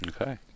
Okay